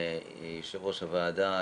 ויושב ראש הוועדה,